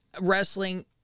wrestling